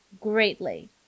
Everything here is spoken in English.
greatly